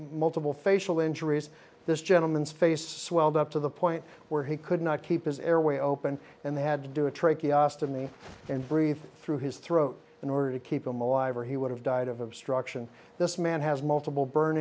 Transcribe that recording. multiple facial injuries this gentleman's face swelled up to the point where he could not keep his airway open and they had to do a tracheotomy and breathe through his throat in order to keep him alive or he would have died of obstruction this man has multiple burn